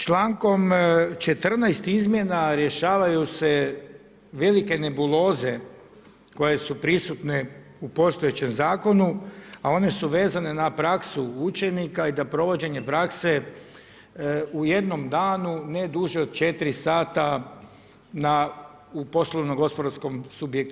Člankom 14. izmjena rješavaju se velike nebuloze koje su prisutne u postojećem Zakonu, a one su vezane na praksu učenika i da provođenje prakse u jednom danu ne duže od 4 sata u poslovno-gospodarskom subjektu.